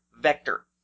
Vector